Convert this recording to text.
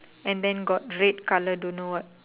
and then got red colour don't know what